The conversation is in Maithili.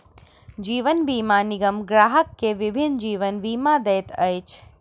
जीवन बीमा निगम ग्राहक के विभिन्न जीवन बीमा दैत अछि